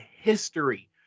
history